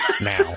now